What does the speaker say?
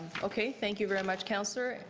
okay. thank you very much councillor.